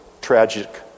tragic